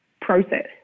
process